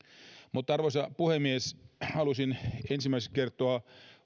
arvoisa puhemies halusin ensimmäiseksi kertoa